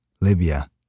Libya